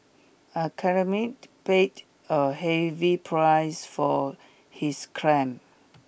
a paid a heavy price for his crime